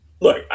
look